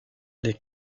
les